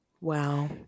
Wow